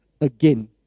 again